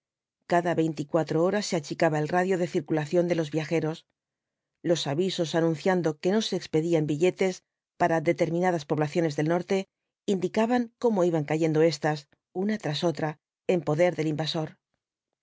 cada veinticuatro horas se achicaba el radio de circulación de los viajeros los avisos anunciando que no se expendían billetes para determinadas poblaciones del norte indicaban cómo iban cayendo éstas una tras otra en poder del invasor